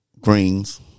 Greens